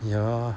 ya